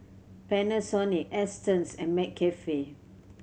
Panasonic Astons and McCafe